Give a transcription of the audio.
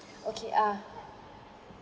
okay ah